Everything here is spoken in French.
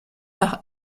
par